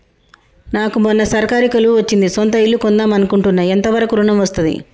నాకు మొన్న సర్కారీ కొలువు వచ్చింది సొంత ఇల్లు కొన్దాం అనుకుంటున్నా ఎంత వరకు ఋణం వస్తది?